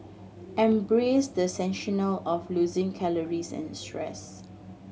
embrace the sensation of losing calories and stress